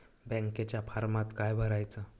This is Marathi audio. बँकेच्या फारमात काय भरायचा?